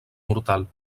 mortal